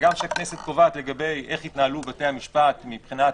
וגם שהכנסת קובעת לגבי איך יתנהלו בתי המשפט מבחינת